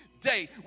day